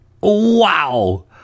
wow